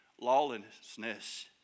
Lawlessness